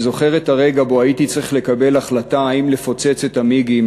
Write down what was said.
אני זוכר את הרגע שבו הייתי צריך לקבל החלטה אם לפוצץ את ה"מיגים",